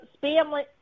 family